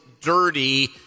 Dirty